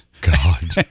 God